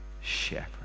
shepherd